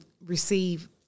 receive